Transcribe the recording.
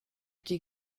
die